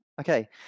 okay